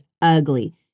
ugly